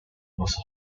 was